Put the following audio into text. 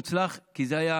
כי זה היה